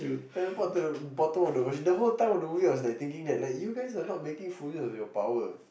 teleport to the bottom of the ocean the whole time of the movie I was thinking you guys are not making full use of your power